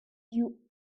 you